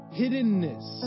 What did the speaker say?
hiddenness